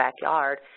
backyard